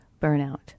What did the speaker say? burnout